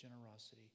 generosity